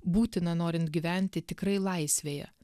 būtiną norint gyventi tikrai laisvėje